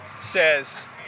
says